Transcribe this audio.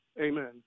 Amen